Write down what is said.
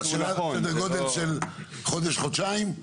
סדר גודל של חודש, חודשיים?